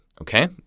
okay